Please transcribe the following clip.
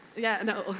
yeah, no,